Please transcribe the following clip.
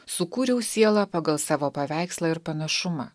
sukūriau sielą pagal savo paveikslą ir panašumą